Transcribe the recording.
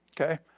okay